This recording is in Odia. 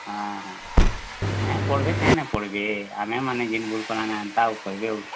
ହଁ ନାଇଁ ପଢ଼୍ବେ କାଏଁ ନାଇ ପଢ଼୍ବେ ଆମେମାନେ ଜେନ୍ ଭୁଲ୍ କଲା ହେନ୍ତା ଆଉ କର୍ବେ ଆଉ